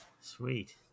Sweet